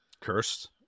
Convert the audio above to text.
cursed